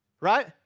Right